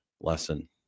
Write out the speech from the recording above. lesson